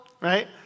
right